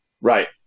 Right